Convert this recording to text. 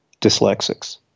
dyslexics